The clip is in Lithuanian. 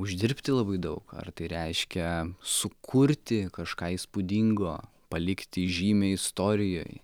uždirbti labai daug ar tai reiškia sukurti kažką įspūdingo palikti žymę istorijoj